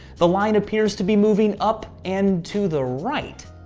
the line appears to be moving up and to the right.